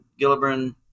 Gillibrand